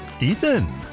Ethan